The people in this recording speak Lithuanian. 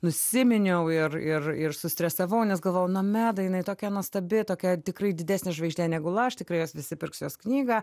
nusiminiau ir ir ir sustresavau nes galvojau nomeda jinai tokia nuostabi tokia tikrai didesnė žvaigždė negu aš tikrai jos visi pirks jos knygą